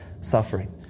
suffering